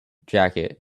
jacket